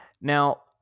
now